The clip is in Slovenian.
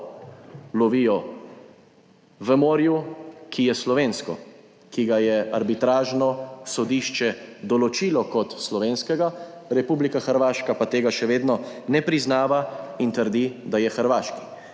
lovijo v morju, ki je slovensko, ki ga je arbitražno sodišče določilo kot slovenskega, Republika Hrvaška pa tega še vedno ne priznava in trdi, da je hrvaški.